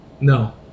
No